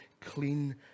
clean